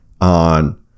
on